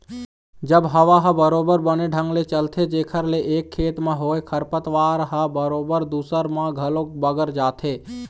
जब हवा ह बरोबर बने ढंग ले चलथे जेखर ले एक खेत म होय खरपतवार ह बरोबर दूसर म घलोक बगर जाथे